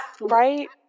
right